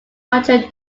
notre